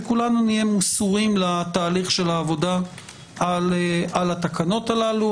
וכולנו נהיה מסורים לתהליך של העבודה על התקנות הללו.